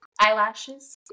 Eyelashes